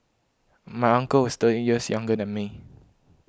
my uncle is thirty years younger than me